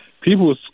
people